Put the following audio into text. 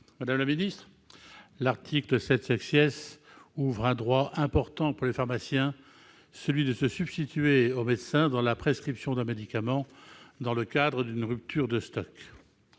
Madame la ministre, l'article 7 ouvre un droit important pour les pharmaciens, celui de se substituer aux médecins dans la prescription d'un médicament en cas de rupture de stock.